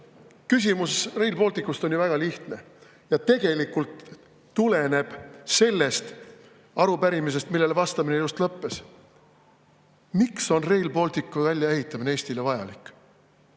küsimus Rail Balticust on ju väga lihtne. Ja tegelikult see tuleneb sellest arupärimisest, millele vastamine just lõppes. Miks on Rail Balticu väljaehitamine Eestile vajalik?